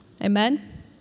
Amen